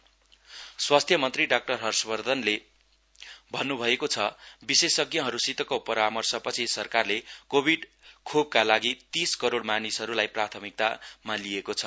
हर्ष वधर्न कोविड् स्वास्थ्यमन्त्री डाक्टर हर्ष वर्धनले भन्न् भएको छ विशेषज्ञहरूसितको परामर्श पछि सरकारले कोविड खोपका लागि तीस करोड मानिसहरूलाई प्राथमिकतामा लिएको छ